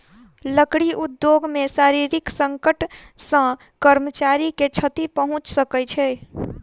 लकड़ी उद्योग मे शारीरिक संकट सॅ कर्मचारी के क्षति पहुंच सकै छै